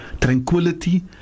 Tranquility